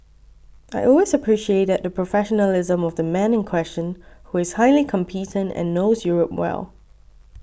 I always appreciated the professionalism of the man in question who is highly competent and knows Europe well